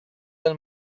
del